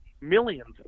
millions